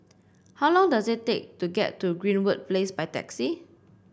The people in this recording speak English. how long does it take to get to Greenwood Place by taxi